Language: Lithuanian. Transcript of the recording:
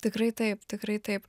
tikrai taip tikrai taip